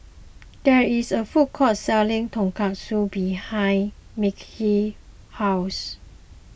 there is a food court selling Tonkatsu behind Mekhi's house